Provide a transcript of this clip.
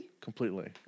Completely